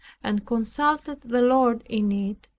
and consulted the lord in it,